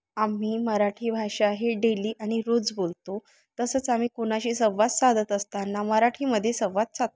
आम्ही मराठी भाषा ही डेली आणि रोज बोलतो तसंच आम्ही कुणाशी संवाद साधत असताना मराठीमध्ये संवाद साधतो